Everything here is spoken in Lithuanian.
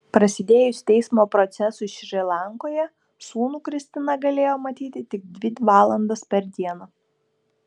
prasidėjus teismo procesui šri lankoje sūnų kristina galėjo matyti tik dvi valandas per dieną